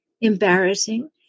embarrassing